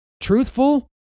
truthful